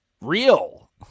real